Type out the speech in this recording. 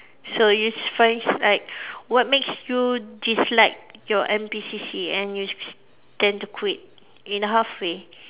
so you finds like what makes you dislike your N_P_C_C and which tend to quit in halfway